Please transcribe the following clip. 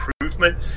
improvement